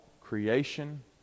creation